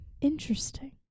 Interesting